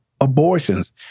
abortions